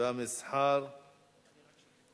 המסחר והתעסוקה